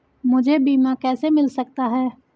मुझे बीमा कैसे मिल सकता है?